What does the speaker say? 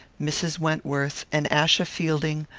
mrs. wentworth, and achsa fielding,